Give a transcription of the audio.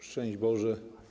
Szczęść Boże.